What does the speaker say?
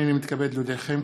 הנני מתכבד להודיעכם,